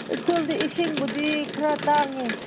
ꯎꯈ꯭ꯔꯨꯜꯗꯤ ꯏꯁꯤꯡꯕꯨꯗꯤ ꯈꯔ ꯇꯥꯡꯉꯤ